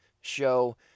show